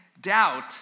doubt